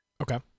okay